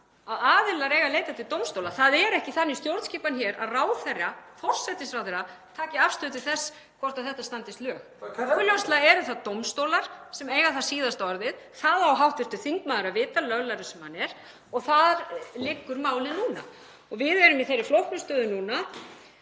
að aðilar eiga að leita til dómstóla. Það er ekki þannig stjórnskipan hér að ráðherra, forsætisráðherra taki afstöðu til þess hvort þetta standist lög. (Gripið fram í.) Augljóslega eru það dómstólar sem eiga síðasta orðið. Það á hv. þingmaður að vita, löglærður sem hann er, og þar liggur málið núna. Við erum í þeirri flóknu stöðu núna